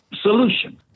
solution